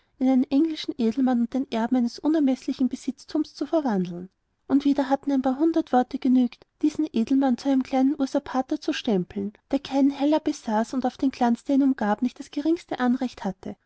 englischen edelmann und den erben eines unermeßlichen besitztums zu verwandeln und wieder hatten ein paar hundert worte genügt diesen edelmann zu einem kleinen usurpator zu stempeln der keinen heller besaß und auf den glanz der ihn umgab nicht das geringste anrecht hatte